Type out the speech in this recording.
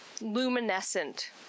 luminescent